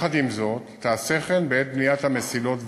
עם זאת, היא תעשה כן בעת בניית המסילות והתחנות.